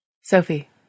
Sophie